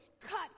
Cut